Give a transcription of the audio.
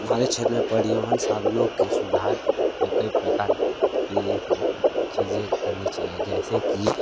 हमारे क्षेत्र में परिवहन साधनों के सुधार में कई प्रकार की चीजें करनी चाहिए जैसे कि